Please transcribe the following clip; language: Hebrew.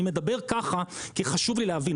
אני מדבר ככה כי חשוב לי להבין,